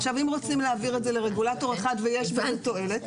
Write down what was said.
עכשיו אם רוצים להעביר את זה לרגולטור אחד ויש בזה תועלת,